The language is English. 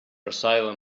asylum